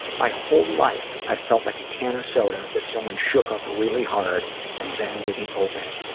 my whole life, i've felt like a can of soda that someone shook up really hard and then didn't open.